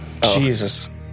Jesus